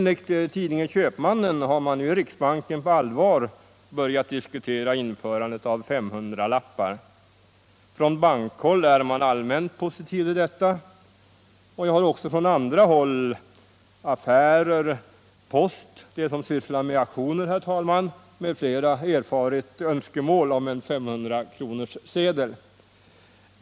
Enligt tidningen Köpmannen har man nu i riksbanken på allvar börjat diskutera införande av 500-lappar. Från bankhåll är man allmänt positiv till detta. Jag har också från andra håll — affärer, post, de som sysslar med auktioner, herr talman, m.fl. — erfarit önskemål om en 500-kronorssedel.